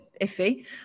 iffy